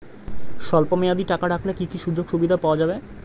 স্বল্পমেয়াদী টাকা রাখলে কি কি সুযোগ সুবিধা পাওয়া যাবে?